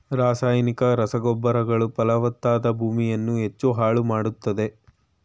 ರಾಸಾಯನಿಕ ರಸಗೊಬ್ಬರಗಳು ಫಲವತ್ತಾದ ಭೂಮಿಯನ್ನು ಹೆಚ್ಚು ಹಾಳು ಮಾಡತ್ತದೆ